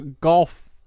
golf